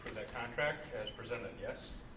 contract as presented, yes?